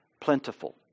plentiful